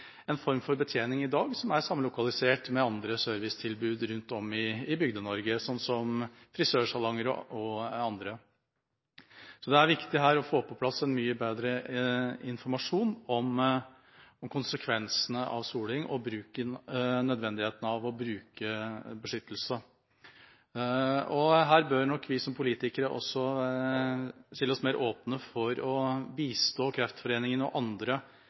en form for betjening i dag som er samlokalisert med andre servicetilbud rundt om i Bygde-Norge, slik som frisørsalonger og andre. Så her er det viktig å få på plass en mye bedre informasjon om konsekvensene av soling og nødvendigheten av å bruke beskyttelse. Her bør nok vi som politikere også stille oss mer åpne for å bistå Kreftforeningen og andre